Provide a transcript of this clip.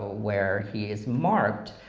where he is marked,